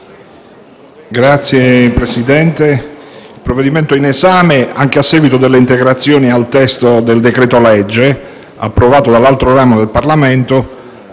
Signor Presidente, il provvedimento in esame, anche a seguito delle integrazioni al testo del decreto-legge, approvate dall'altro del Parlamento,